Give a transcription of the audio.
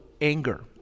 anger